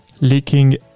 Leaking